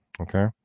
Okay